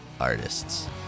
artists